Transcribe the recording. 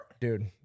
dude